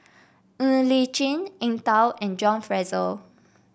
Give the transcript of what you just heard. Ng Li Chin Eng Tow and John Fraser